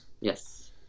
Yes